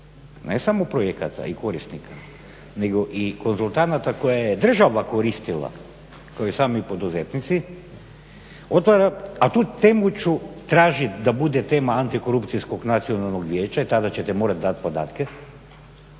ne samo projekata i korisnika nego i konzultanata koje je država koristila kao i sami poduzetnici otvara, a tu temu ću tražiti da bude tema Antikorupcijskog nacionalnog vijeća i tada ćete morati dati podatke,